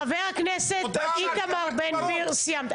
חבר הכנסת איתמר בן גביר, סיימת.